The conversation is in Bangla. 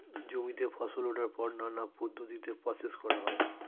জমিতে ফসল ওঠার পর নানা পদ্ধতিতে প্রসেস করা হয়